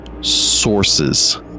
sources